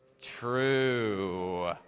True